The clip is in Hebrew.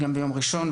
גם ביום ראשון,